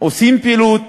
עושים פעילות,